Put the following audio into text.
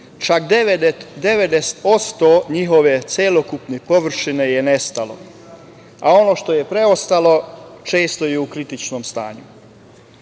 Čak 90% njihove celokupne površine je nestalo, a ono što je preostalo često je u kritičnom stanju. Smatra